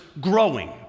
growing